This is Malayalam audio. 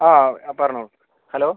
ആ ആ പറഞ്ഞോളൂ ഹലോ